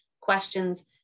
questions